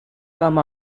come